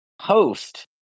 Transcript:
host